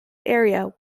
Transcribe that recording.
area